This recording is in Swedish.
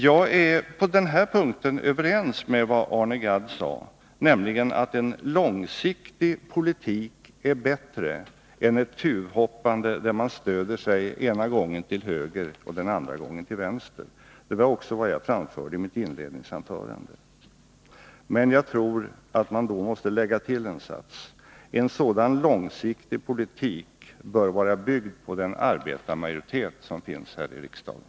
Jag är överens med Arne Gadd om att en långsiktig politik är bättre än ett tuvhoppande, där man stöder sig ena gången till höger och andra gången till vänster. Det var också vad jag framförde i mitt inledningsanförande. Men jag tror att man då måste lägga till en sats: En sådan långsiktig politik bör vara byggd på den arbetarmajoritet som finns här i riksdagen.